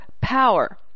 power